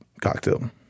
cocktail